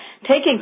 taking